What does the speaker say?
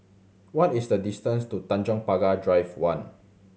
what is the distance to Tanjong Pagar Drive One